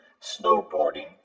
snowboarding